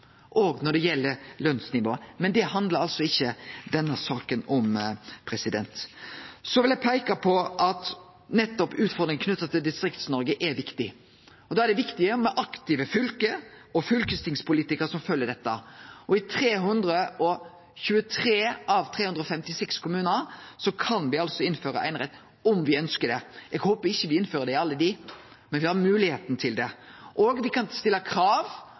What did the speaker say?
òg når det gjeld lønsnivå, men det handlar altså ikkje denne saka om. Så vil eg peike på at utfordringar knytte til Distrikts-Noreg er viktig, og det er viktig med aktive fylke og fylkestingspolitikarar som følgjer dette. I 323 av 356 kommunar kan me altså innføre einerett om me ønskjer det. Eg håper me ikkje innfører det i alle desse, men me har moglegheita til det. Og me kan stille krav